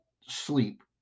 sleep